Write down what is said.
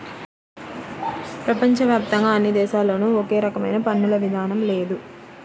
ప్రపంచ వ్యాప్తంగా అన్ని దేశాల్లోనూ ఒకే రకమైన పన్నుల విధానం లేదు